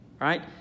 Right